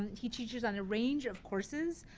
he teaches on a range of courses,